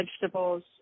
vegetables